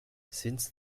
since